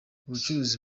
ubucuruzi